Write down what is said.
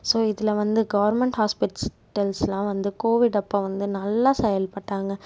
so இதில் வந்து government ஹாஸ்பிட்ஸ்டல்ஸ்லாம் வந்து கோவிட் அப்போது வந்து நல்லா செயல்பட்டாங்க